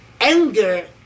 anger